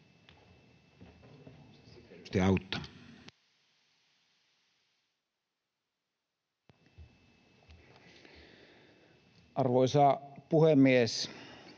Arvoisa puhemies!